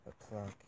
o'clock